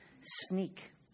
sneak